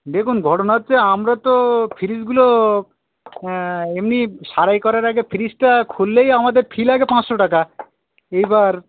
দেখুন ঘটনা হচ্ছে আমরা তো ফ্রিজগুলো এমনি সারাই করার আগে ফ্রিজটা খুললেই আমাদের ফি লাগে পাঁচশো টাকা এইবার